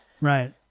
Right